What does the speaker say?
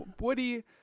Woody